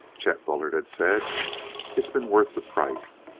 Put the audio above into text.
chet bullard had said it's been worth the price.